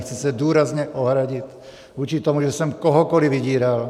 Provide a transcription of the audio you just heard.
Chci se důrazně ohradit vůči tomu, že jsem kohokoli vydíral.